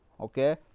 okay